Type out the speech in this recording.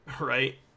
Right